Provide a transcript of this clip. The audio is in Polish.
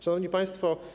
Szanowni Państwo!